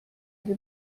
روی